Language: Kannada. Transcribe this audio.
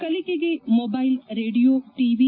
ಕಲಿಕೆಗೆ ಮೊಬೈಲ್ ರೇಡಿಯೋ ಟಿ